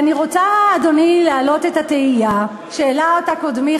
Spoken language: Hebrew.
אני רוצה להעלות את התהייה שהעלה קודמי,